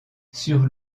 sur